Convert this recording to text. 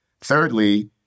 Thirdly